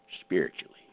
spiritually